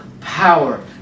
power